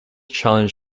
challenged